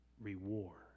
reward